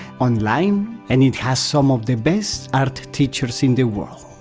online and it has some of the best art teachers in the world.